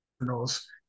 knows